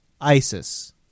ISIS